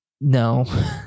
No